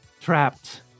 Trapped